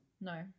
No